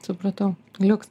supratau liuks